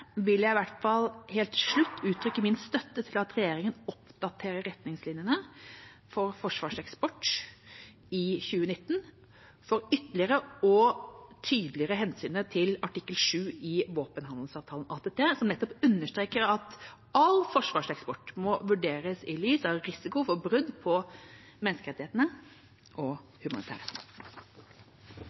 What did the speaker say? vil jeg i hvert fall helt til slutt uttrykke min støtte til at regjeringa oppdaterer retningslinjene for forsvarseksport i 2019 for ytterligere å tydeliggjøre hensynet til artikkel 7 i våpenhandelsavtalen ATT, som nettopp understreker at all forsvarseksport må vurderes i lys av risiko for brudd på menneskerettighetene og humanitærretten.